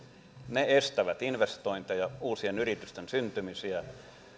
ne estävät investointeja uusien yritysten syntymisiä